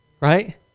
right